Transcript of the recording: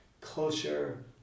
culture